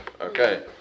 okay